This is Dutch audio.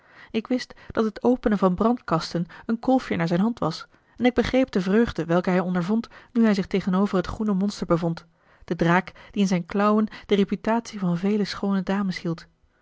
ik wist dat het openen van brandkasten een kolfje naar zijn hand was en ik begreep de vreugde welke hij ondervond nu hij zich tegenover het groene monster bevond de draak die in zijn klauwen de reputatie van vele schoone dames